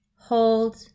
hold